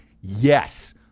yes